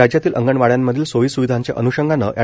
राज्यातील अंगणवाङ्यांमधील सोयीस्विधाच्या अन्षंगाण अड